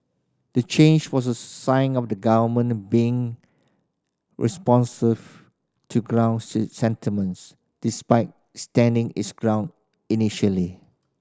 the change was a sign of the government being responsive to ground sentiments despite standing its ground initially